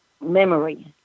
memory